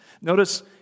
Notice